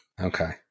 Okay